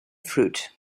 fruit